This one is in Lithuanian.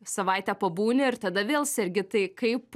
savaitę pabūni ir tada vėl sergi tai kaip